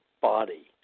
body